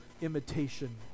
imitation